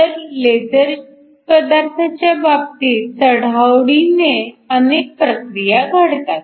तर लेझर पदार्थाच्या बाबतीत चढाओढीने अनेक प्रक्रिया घडतात